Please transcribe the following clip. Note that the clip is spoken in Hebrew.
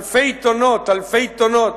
אלפי טונות, אלפי טונות,